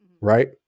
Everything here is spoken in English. right